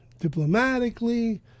diplomatically